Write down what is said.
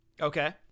Okay